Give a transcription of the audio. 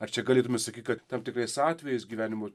ar čia galėtume sakyt kad tam tikrais atvejais gyvenimo